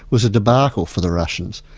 was a debacle for the russians.